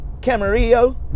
Camarillo